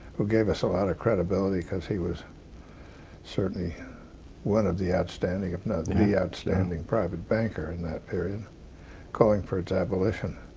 who gave us a lot of credibility because he was certainly one of the outstanding if not the outstanding private banker in that period calling for its abolition.